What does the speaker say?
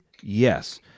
yes